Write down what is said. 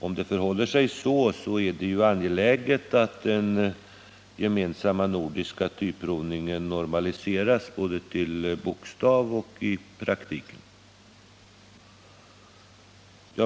Om det förhåller sig så, är det angeläget att den gemensamma nordiska provningen normaliseras både till bokstaven och i praktiken.